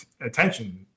attention